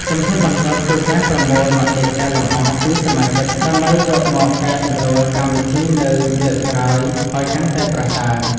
ជំហានបន្ទាប់ គឺការប្រមូលមតិកែលម្អពីសមាជិក ដើម្បីយកមកកែសម្រួលកម្មវិធីនៅលើកក្រោយឱ្យកាន់តែប្រសើរ។